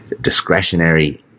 discretionary